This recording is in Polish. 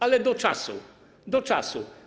Ale do czasu, do czasu.